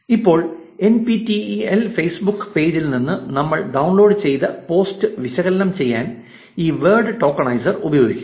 ഇപ്പോൾ N P T E L Facebook പേജിൽ നിന്ന് നമ്മൾ ഡൌൺലോഡ് ചെയ്ത പോസ്റ്റ് വിശകലനം ചെയ്യാൻ ഈ വേഡ് ടോക്കനൈസർ ഉപയോഗിക്കും